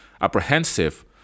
apprehensive